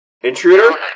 Intruder